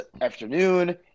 afternoon